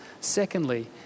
Secondly